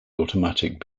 automatic